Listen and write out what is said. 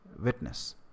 witness